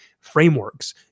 frameworks